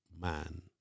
man